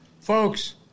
Folks